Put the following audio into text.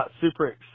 super